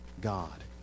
God